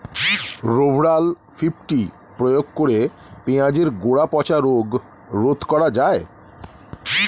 Rovral fifty প্রয়োগ করে পেঁয়াজের গোড়া পচা রোগ রোধ করা যায়?